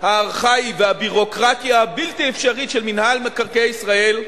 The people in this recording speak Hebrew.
הארכאי והביורוקרטיה הבלתי-אפשרית של מינהל מקרקעי ישראל,